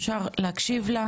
אפשר להקשיב לה,